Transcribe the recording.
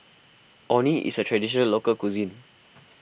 Orh Nee is a Traditional Local Cuisine